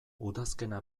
udazkena